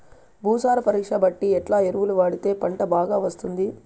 భూసార పరీక్ష బట్టి ఎట్లా ఎరువులు వాడితే పంట బాగా వస్తుంది?